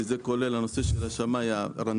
שזה כולל את הנושא של השמאי הרנדומלי,